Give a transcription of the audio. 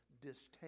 distaste